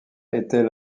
était